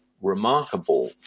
remarkable